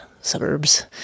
suburbs